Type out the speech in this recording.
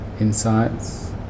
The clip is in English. Insights